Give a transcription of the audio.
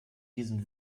diesen